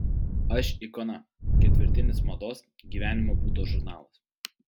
aš ikona ketvirtinis mados gyvenimo būdo žurnalas